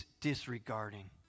disregarding